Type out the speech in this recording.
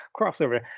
crossover